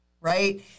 Right